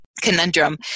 conundrum